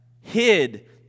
hid